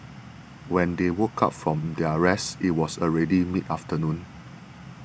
when they woke up from their rest it was already mid afternoon